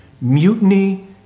mutiny